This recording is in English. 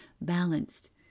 balanced